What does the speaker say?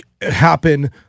happen